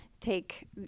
take